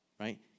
right